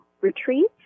retreats